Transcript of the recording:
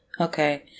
okay